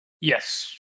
Yes